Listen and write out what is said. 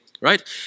right